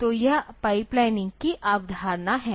तो यह पाइपलाइनिंग की अवधारणा है